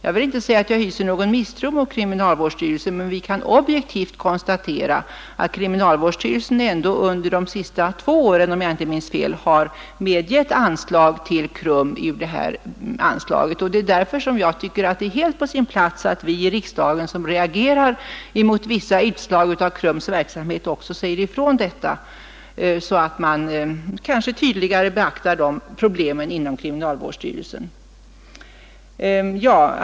Jag vill inte påstå att jag hyser någon misstro mot kriminalvårdsstyrelsen, men vi kan objektivt konstatera att kriminalvårdsstyrelsen ändå under — om jag inte minns fel — de senaste två åren har lämnat stöd till KRUM från detta anslag. Därför tycker jag att det är helt på sin plats att vi i riksdagen som reagerar mot vissa utslag av KRUM:s verksamhet också säger ifrån detta så att man kanske tydligare beaktar dessa problem inom kriminalvårdsstyrelsen.